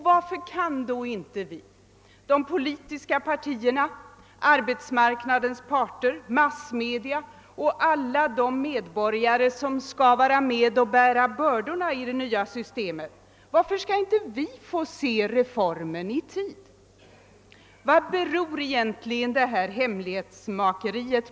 Varför kan då inte vi — de politiska partierna, arbetsmarknadens parter, massmedierna och alla de medborgare som skall vara med och bära de bördor som det nya systemet för med sig — få se reformförslaget i tid? Vad beror egentligen deita hemlighetsmakeri på?